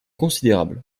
considérable